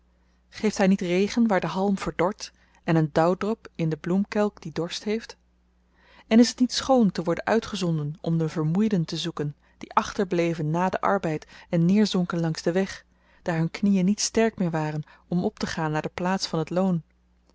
geeft hy niet regen waar de halm verdort en een dauwdrup in den bloemkelk die dorst heeft en is het niet schoon te worden uitgezonden om de vermoeiden te zoeken die achterbleven na den arbeid en neerzonken langs den weg daar hun knieën niet sterk meer waren om optegaan naar de plaats van het loon